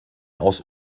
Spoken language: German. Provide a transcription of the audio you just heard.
aus